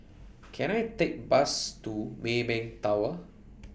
Can I Take Bus to Maybank Tower